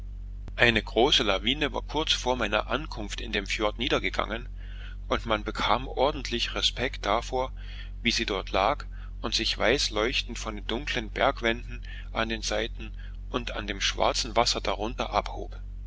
eine große lawine war kurz vor meiner ankunft in dem fjord niedergegangen und man bekam ordentlich respekt davor wie sie dort lag und sich weiß leuchtend von den dunklen bergwänden an den seiten und dem schwarzen wasser darunter abhob